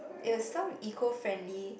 it was some eco friendly